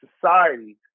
society